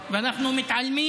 ואנחנו מתעלמים